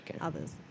others